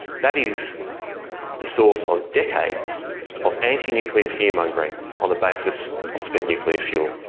that is the source of decades of anti-nuclear fear mongering on the basis of spent nuclear fuel.